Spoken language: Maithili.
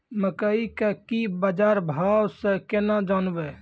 मकई के की बाजार भाव से केना जानवे?